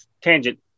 tangent